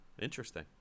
Interesting